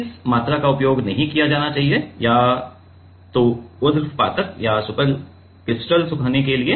किस मात्रा का उपयोग नहीं किया जाना चाहिए या तो ऊध्र्वपातक या सुपरक्रिटिकल सुखाने के लिए